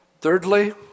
Thirdly